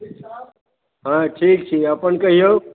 हँ ठीक छी अपन कहिऔ